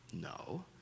No